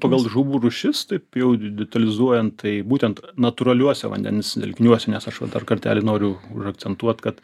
pagal žuvų rūšis taip taip jau detalizuojant tai būtent natūraliuose vandens telkiniuose nes aš va dar kartelį noriu užakcentuot kad